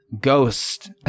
ghost